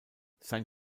sein